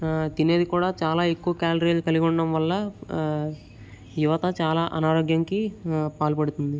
తినేది కూడా చాలా ఎక్కువ క్యాలరీలు కలిగి ఉండడం వల్ల యువత చాలా అనారోగ్యానికి పాల్పడుతుంది